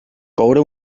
coure